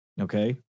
Okay